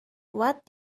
what